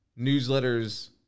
newsletters